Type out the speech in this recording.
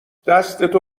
دستتو